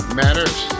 matters